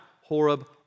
Horeb